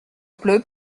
pleut